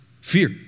fear